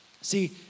See